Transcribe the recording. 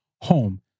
home